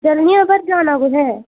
जन्ने आं पर जाना कुत्थै ऐ